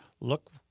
Look